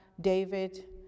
David